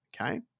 Okay